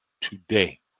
today